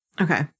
Okay